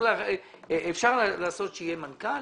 אפשר לעשות שיהיה מנכ"ל